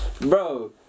bro